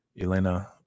Elena